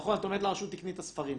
נכון,